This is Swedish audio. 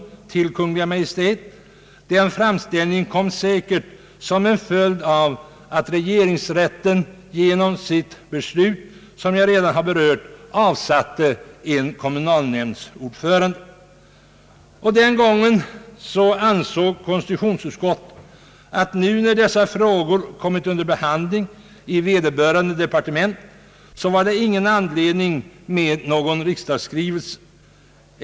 Den framställningen tillkom säkert såsom en följd av att regeringsrätten genom sitt beslut, som jag redan har berört, avsatt en kommunalnämndsordförande. Den gången an såg konstitutionsutskottet att det, när nu dessa frågor hade kommit under behandling i vederbörande departement, inte var befogat med någon riksdagsskrivelse.